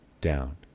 down